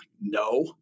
no